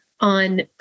on